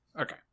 Okay